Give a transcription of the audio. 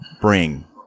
bring